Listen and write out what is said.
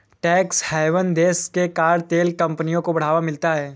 tax haven देशों के कारण तेल कंपनियों को बढ़ावा मिलता है